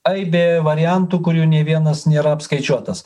aibė variantų kurių nė vienas nėra apskaičiuotas